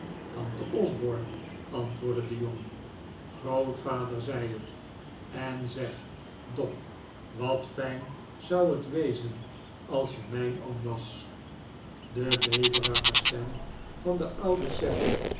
tante osborne antwoordde de jongen grootvader zei het en zeg dob wat fijn zou het wezen als je mijn oom was de beverige stem van den ouden